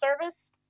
service